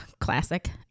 classic